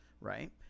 right